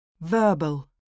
Verbal